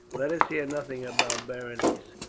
let us hear nothing about berenice.